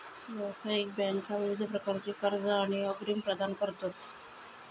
व्यावसायिक बँका विविध प्रकारची कर्जा आणि अग्रिम प्रदान करतत